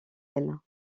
ailes